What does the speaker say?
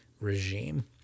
regime